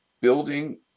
building